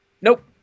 Nope